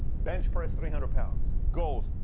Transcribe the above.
bench press three hundred pounds. goals,